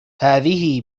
هذه